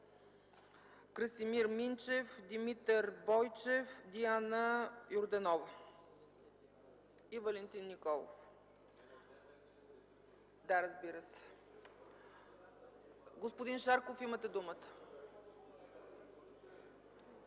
Красимир Минчев, Димитър Бойчев, Диана Йорданова и Валентин Николов. Господин Шарков, имате думата.